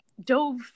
dove